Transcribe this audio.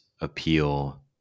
appeal